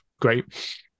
great